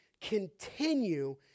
continue